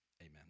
Amen